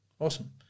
Awesome